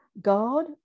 God